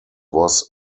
was